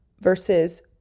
versus